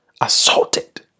assaulted